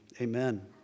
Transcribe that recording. amen